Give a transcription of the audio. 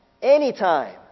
Anytime